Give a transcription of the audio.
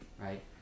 right